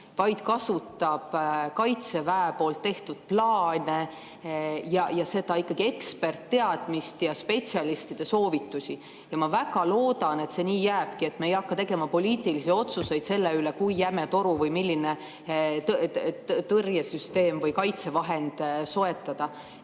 vaid kasutab Kaitseväe tehtud plaane, ikkagi ekspertteadmist ja spetsialistide soovitusi. Ma väga loodan, et see nii jääbki, et me ei hakka tegema poliitilisi otsuseid selle kohta, kui jäme toru või milline tõrjesüsteem või kaitsevahend soetada.